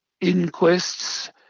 inquests